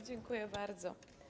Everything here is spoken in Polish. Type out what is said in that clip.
Dziękuję bardzo.